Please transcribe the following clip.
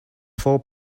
four